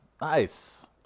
Nice